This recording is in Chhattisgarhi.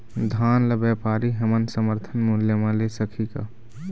धान ला व्यापारी हमन समर्थन मूल्य म ले सकही का?